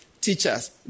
teachers